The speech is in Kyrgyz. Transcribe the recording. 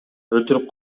өлтүрүп